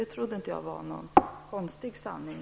Det trodde jag inte var någon konstig sanning.